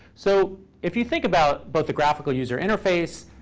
so if you think about both the graphical user interface,